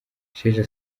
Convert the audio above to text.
isheja